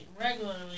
regularly